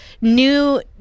new